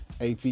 AP